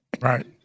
Right